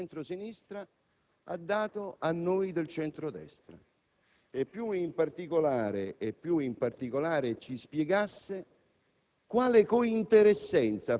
non può essere assimilato a quell'invito al confronto che pure era stato mosso dal Capo dello Stato. Un inciucio: